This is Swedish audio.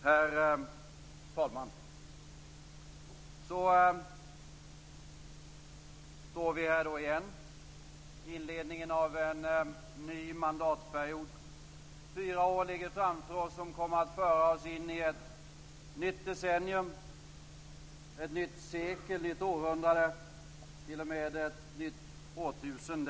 Herr talman! Så står vi här igen i inledningen av en ny mandatperiod. Fyra år ligger framför oss, som kommer att föra oss in i ett nytt decennium, ett nytt sekel, ett nytt århundrade, t.o.m. ett nytt årtusende.